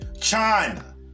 China